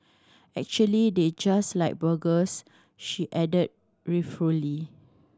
actually they just like burgers she add ruefully